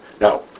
Now